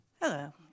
Hello